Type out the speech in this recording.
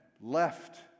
left